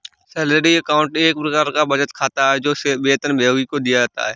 salary account एक प्रकार का बचत खाता है, जो वेतनभोगी को दिया जाता है